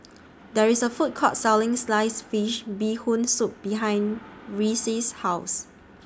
There IS A Food Court Selling Sliced Fish Bee Hoon Soup behind Reece's House